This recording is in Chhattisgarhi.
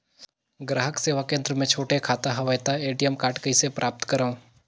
ग्राहक सेवा केंद्र मे छोटे खाता हवय त ए.टी.एम कारड कइसे प्राप्त करव?